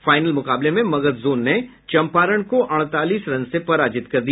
final मुकाबले में Magadh zone ने चम्पारण को अड़तालीस रन से पराजित दिया